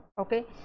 okay